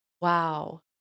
Wow